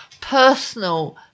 personal